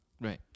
right